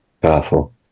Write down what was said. Powerful